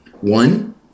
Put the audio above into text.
one